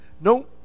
No